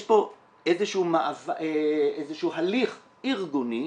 יש פה איזשהו הליך ארגוני,